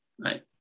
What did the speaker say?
right